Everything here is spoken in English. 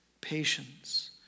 patience